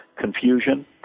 confusion